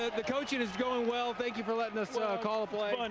the coaching is going well, thank you for letting us ah call a play.